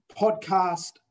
podcast